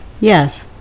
Yes